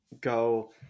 go